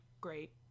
great